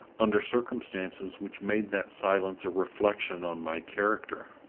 under circumstances which made that silence a reflection on my character.